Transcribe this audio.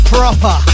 Proper